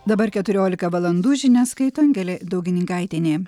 dabar keturiolika valandų žinias skaito angelė daugininkaitienė